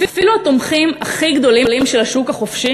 אפילו התומכים הכי גדולים של השוק החופשי